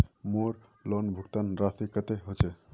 मोर लोन भुगतान राशि कतेक होचए?